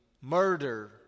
murder